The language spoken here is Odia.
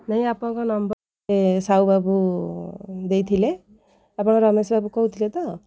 ନାହିଁ ଆପଣଙ୍କ ନମ୍ବର୍ ଏ ସାହୁ ବାବୁ ଦେଇଥିଲେ ଆପଣ ରମେଶ ବାବୁ କହୁଥିଲେ ତ